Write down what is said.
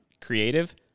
creative